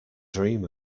dream